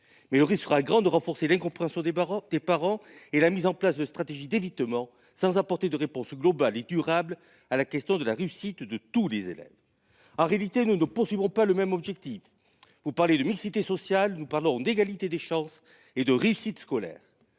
Mais le risque sera grand de renforcer l'incompréhension des parents, des parents et la mise en place de stratégies d'évitement, sans apporter de réponse globale et durable à la question de la réussite de tous les élèves. En réalité, nous ne poursuivrons pas le même objectif vous parler de mixité sociale. Nous parlons d'égalité des chances et de réussite scolaire.